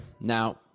Now